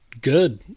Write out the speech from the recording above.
good